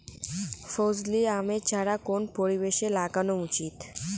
ফজলি আমের চারা কোন পরিবেশে লাগানো উচিৎ?